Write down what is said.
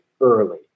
early